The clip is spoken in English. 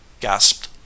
gasped